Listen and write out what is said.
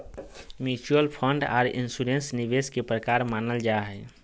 mutual fund आर insurance निवेश के प्रकार मानल जा हय